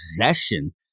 possession